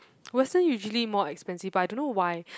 Western usually more expensive but I don't know why